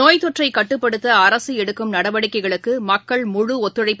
நோய் தொற்றைகட்டுப்படுத்தஅரசுஎடுக்கும் நடவடிக்கைகளுக்குமக்கள் முழு ஒத்துழைப்பு